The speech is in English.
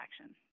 action